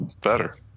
better